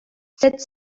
sept